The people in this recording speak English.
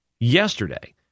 Yesterday